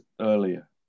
earlier